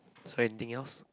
so anything else